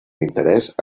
interès